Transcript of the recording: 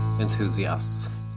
enthusiasts